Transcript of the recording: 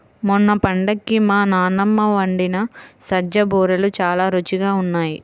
మొన్న పండక్కి మా నాన్నమ్మ వండిన సజ్జ బూరెలు చాలా రుచిగా ఉన్నాయి